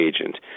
agent